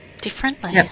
differently